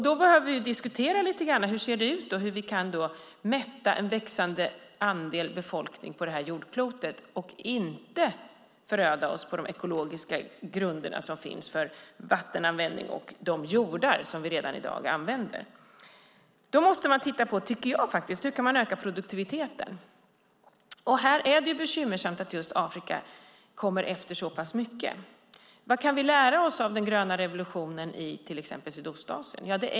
Vi behöver diskutera hur det ser ut, hur vi kan mätta en växande befolkning på jordklotet utan att föröda de ekologiska grunder som finns för vattenanvändning och de jordar som vi redan i dag använder. Då måste man titta på hur man kan öka produktiviteten. Här är det bekymmersamt att Afrika kommer efter så pass mycket. Vad kan vi lära oss av den gröna revolutionen i till exempel Sydostasien?